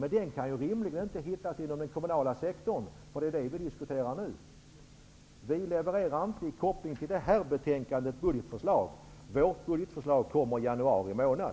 Men den kan rimligen inte hittas inom den kommunala sektorn. Det är det vi diskuterar nu. Vi levererar inte budgetförslag kopplade till det här betänkandet. Vårt budgetförslag kommer i januari månad.